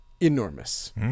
enormous